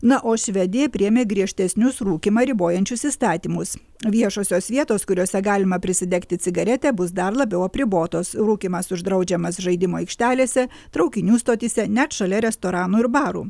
na o švedija priėmė griežtesnius rūkymą ribojančius įstatymus viešosios vietos kuriose galima prisidegti cigaretę bus dar labiau apribotos rūkymas uždraudžiamas žaidimų aikštelėse traukinių stotyse net šalia restoranų ir barų